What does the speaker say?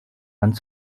one